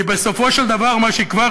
כי בסופו של דבר מה שיקבע,